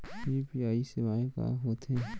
UPI सेवाएं का होथे